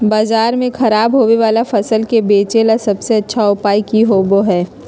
बाजार में खराब होबे वाला फसल के बेचे ला सबसे अच्छा उपाय की होबो हइ?